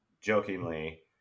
jokingly